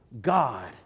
god